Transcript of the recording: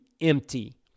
empty